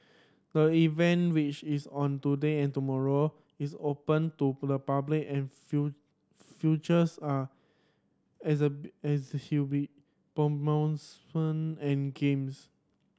the event which is on today and tomorrow is open to public and futures are as a as and games